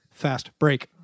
FASTBREAK